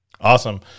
Awesome